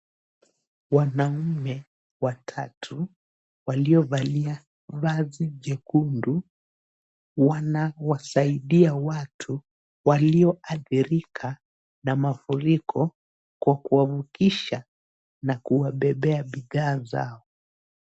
Wanaume watatu waliovalia vazi jekundu wanawasaidia watu walioathirika na mafuriko kwa kuwavukisha na kuwabebea bidhaa zao.